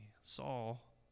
Saul